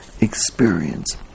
experience